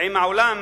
ועם העולם,